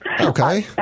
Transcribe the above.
Okay